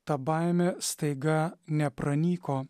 ta baimė staiga nepranyko